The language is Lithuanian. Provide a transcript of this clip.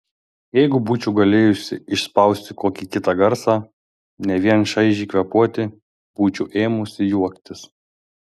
jeigu būčiau galėjusi išspausti kokį kitą garsą ne vien šaižiai kvėpuoti būčiau ėmusi juoktis